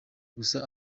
gusa